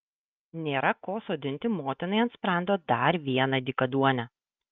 nėra ko sodinti motinai ant sprando dar vieną dykaduonę